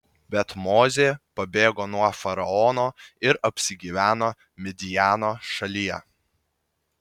bet mozė pabėgo nuo faraono ir apsigyveno midjano šalyje